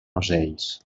ocells